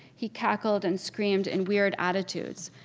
he cackled and screamed in weird attitudes,